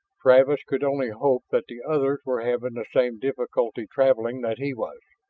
travis could only hope that the others were having the same difficulty traveling that he was,